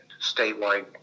statewide